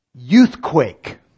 youthquake